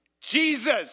Jesus